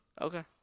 Okay